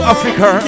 Africa